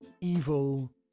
evil